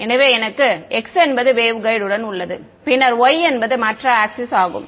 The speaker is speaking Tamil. எனவே எனக்கு x என்பது வேவ்கைடு உடன் உள்ளது பின்னர் y என்பது மற்ற ஆக்ஸிஸ் ஆகும்